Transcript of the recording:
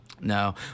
No